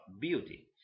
beauty